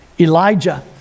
Elijah